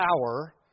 power